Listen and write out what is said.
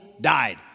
died